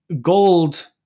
Gold